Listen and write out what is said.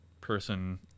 person